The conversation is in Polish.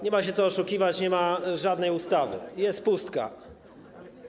Nie ma się co oszukiwać: nie ma żadnej ustawy, jest pustka.